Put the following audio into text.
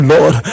Lord